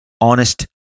honest